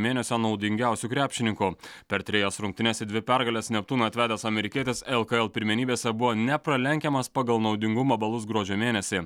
mėnesio naudingiausiu krepšininku per trejas rungtynes į dvi pergales neptūną atvedęs amerikietis lkl pirmenybėse buvo nepralenkiamas pagal naudingumo balus gruodžio mėnesį